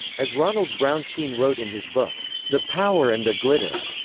as ronald brownstein wrote in his book the power and the glitter,